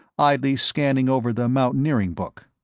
idly scanning over the mountaineering book.